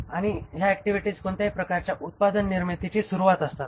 आणि ह्या ऍक्टिव्हिटीज कोणत्याही प्रकारच्या उत्पादन निर्मितीची सुरुवात असतात